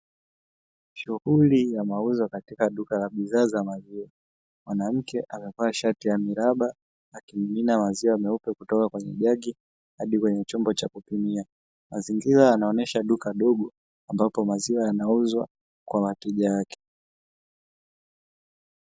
Shughuli ya mauzo katika duka la bidhaa za maziwa, mwanamke amevaa shati ya miraba akimimina maziwa meupe kutoka kwenye jagi hadi kwenye chombo cha kupimia, mazingira yanaonesha duka dogo ambapo mazingira yanauzwa kwa wateja wake.